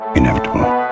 Inevitable